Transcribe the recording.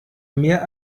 mehr